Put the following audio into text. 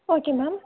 okay ma'am